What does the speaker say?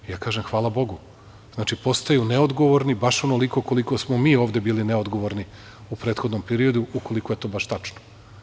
Ja kažem - hvala bogu, to znači da postaju neodgovorni, baš onoliko koliko smo mi ovde bili neodgovorni u prethodnom periodu, ukoliko je to baš tačno.